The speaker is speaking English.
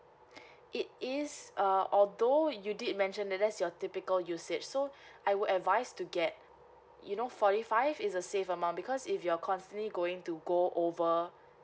it is uh although you did mention that that's your typical usage so I will advise to get you know forty five is a safe amount because if you're constantly going to go over